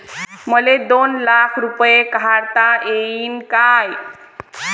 मले दोन लाख रूपे काढता येईन काय?